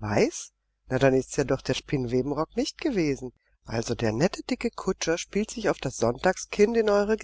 weiß na dann ist's ja doch der spinnwebenrock nicht gewesen also der nette dicke kutscher spielt sich auf das sonntagskind in eurer